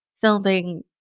filming